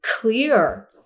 clear